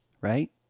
Right